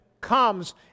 comes